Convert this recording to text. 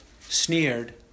sneered